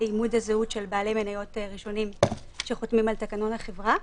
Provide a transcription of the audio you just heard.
לאימות הזהות של בעלי מניות ראשונים שחותמים על תקנון החברה,